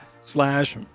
slash